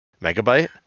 megabyte